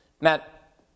Matt